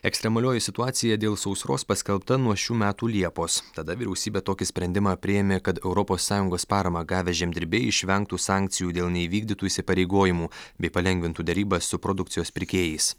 ekstremalioji situacija dėl sausros paskelbta nuo šių metų liepos tada vyriausybė tokį sprendimą priėmė kad europos sąjungos paramą gavę žemdirbiai išvengtų sankcijų dėl neįvykdytų įsipareigojimų bei palengvintų derybas su produkcijos pirkėjais